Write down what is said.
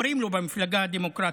אומרים לו במפלגה הדמוקרטית,